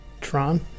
Tron